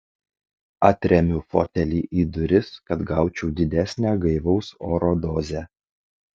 atremiu fotelį į duris kad gaučiau didesnę gaivaus oro dozę